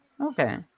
Okay